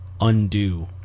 undo